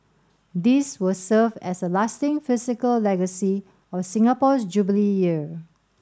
these will serve as a lasting physical legacy of Singapore's Jubilee Year